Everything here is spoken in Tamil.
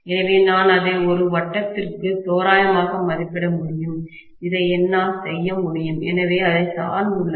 எனவே நான் அதை ஒரு வட்டத்திற்கு தோராயமாக மதிப்பிட முடியும் இதை என்னால் செய்ய முடியும் எனவே அது சார்ந்துள்ளது